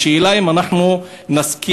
השאלה היא אם אנחנו נשכיל,